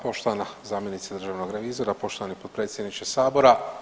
Poštovana zamjenice državnog revizora, poštovani potpredsjedniče sabora.